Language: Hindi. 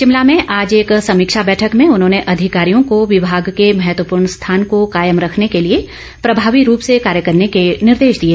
शिमला में आज एक समीक्षा बैठक में उन्होंने अधिकारियों को विमाग के महत्वपूर्ण स्थान को कायम रखने के लिए प्रभावी रूप से कार्य करने के निर्देश दिए